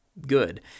good